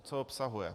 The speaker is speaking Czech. Co obsahuje?